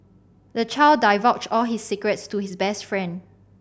the child divulged all his secrets to his best friend